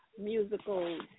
musical